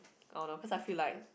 oh no cause I feel like